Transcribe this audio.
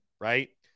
right